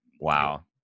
wow